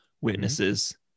witnesses